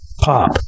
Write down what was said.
pop